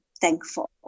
thankful